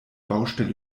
baustelle